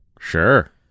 Sure